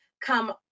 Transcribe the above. come